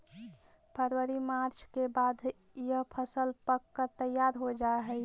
फरवरी मार्च के बाद यह फसल पक कर तैयार हो जा हई